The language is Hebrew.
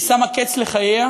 היא שמה קץ לחייה